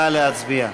נא להצביע.